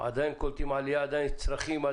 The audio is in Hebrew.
עדיין קולטים עלייה, עדיין יש צרכים.